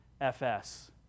FS